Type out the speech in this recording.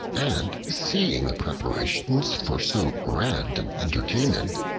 and seeing the preparations for so grand an entertainment,